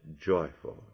joyful